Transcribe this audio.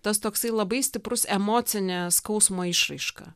tas toksai labai stiprus emocinė skausmo išraiška